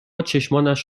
چشمانش